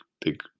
big